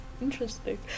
interesting